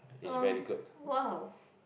oh !wow!